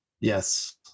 Yes